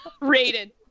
Rated